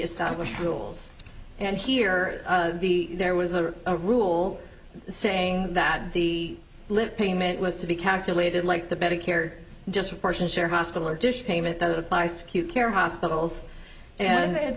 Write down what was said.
established rules and here there was a rule saying that the live payment was to be calculated like the medicare just person share hospital or dish payment that applies to q care hospitals and they had